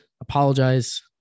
Apologize